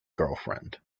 girlfriend